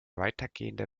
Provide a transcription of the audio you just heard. weitergehende